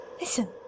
Listen